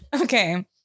Okay